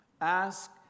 Ask